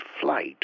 flight